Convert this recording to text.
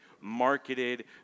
marketed